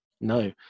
No